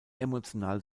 emotional